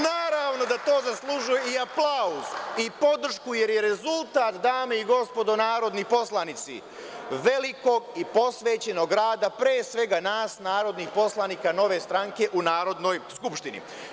Naravno da to zaslužuje i aplauz i podršku, jer je rezultat dame i gospodo velikog i posvećenog rada pre svega nas narodnih poslanika Nove stranke u Narodnoj skupštini.